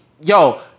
Yo